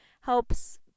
helps